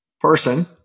person